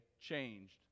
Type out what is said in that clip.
changed